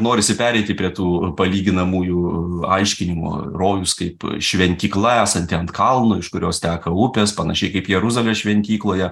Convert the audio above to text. norisi pereiti prie tų palyginamųjų aiškinimų rojus kaip šventykla esanti ant kalno iš kurios teka upės panašiai kaip jeruzalės šventykloje